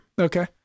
Okay